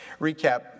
recap